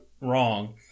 wrong